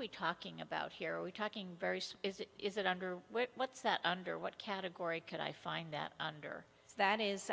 are we talking about here are we talking very slow is it is it under what's that under what category could i find that under that is